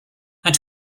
and